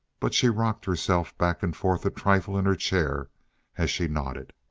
but she rocked herself back and forth a trifle in her chair as she nodded.